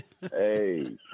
Hey